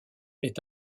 est